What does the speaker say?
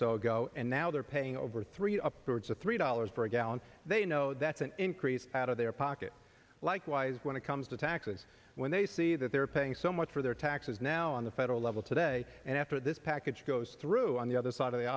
so ago and now they're paying over three upwards of three dollars for a gallon they know that's an increase out of their pocket likewise when it comes to taxes when they see that they are paying so much for their taxes now on the federal level today and after this package goes through on the other side of the